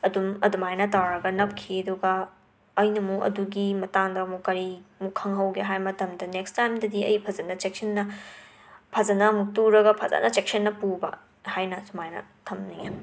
ꯑꯗꯨꯝ ꯑꯗꯨꯃꯥꯏꯅ ꯇꯧꯔꯒ ꯅꯞꯈꯤ ꯑꯗꯨꯒ ꯑꯩꯅꯃꯨꯛ ꯑꯗꯨꯒꯤ ꯃꯇꯥꯡꯗ ꯑꯃꯨꯛ ꯀꯔꯤ ꯑꯃꯨꯛ ꯈꯪꯍꯧꯒꯦ ꯍꯥꯏ ꯃꯇꯝꯗ ꯅꯦꯛꯁ ꯇꯥꯏꯝꯗꯗꯤ ꯑꯩ ꯐꯖꯅ ꯆꯦꯛꯁꯤꯟꯅ ꯐꯖꯅ ꯑꯃꯨꯛ ꯇꯨꯔꯒ ꯐꯖꯅ ꯆꯦꯛꯁꯤꯟꯅ ꯄꯨꯕ ꯍꯥꯏꯅ ꯁꯨꯃꯥꯏꯅ ꯊꯝꯅꯤꯡꯉꯦ